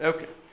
Okay